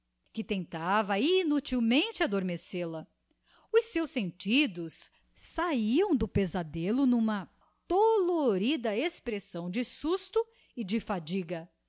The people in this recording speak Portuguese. que tentava inutilmente adormecel a os seus sentidos sabiam do pesadelo n'uma dolorida expressão de susto e de fadiga